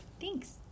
Thanks